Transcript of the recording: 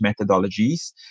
methodologies